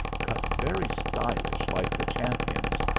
cut very stylish like the champions',